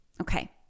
Okay